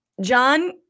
John